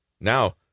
Now